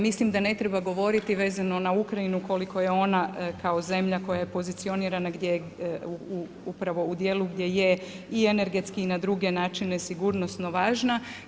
Mislim da ne treba govoriti vezano na Ukrajinu koliko je ona kao zemlja koja je pozicionirana gdje upravo u dijelu gdje je i energetski i na druge načine sigurnosno važna.